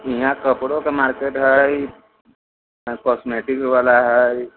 इहाँ कपड़ोके मार्केट हइ इहाँ कॉस्मेटिक भी वला हइ